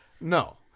No